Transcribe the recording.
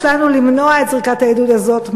הדרך שלנו למנוע את זריקת העידוד הזאת,